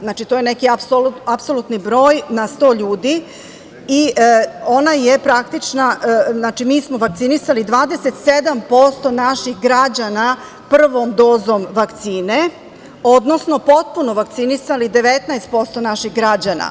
Znači, to je neki apsolutni broj na 100 ljudi, što znači da smo mi vakcinisali 27% naših građana prvom dozom vakcine, odnosno potpuno vakcinisali 19% naših građana.